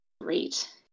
Great